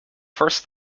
first